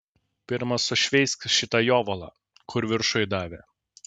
pirma sušveisk šitą jovalą kur viršuj davė